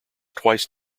twice